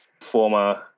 former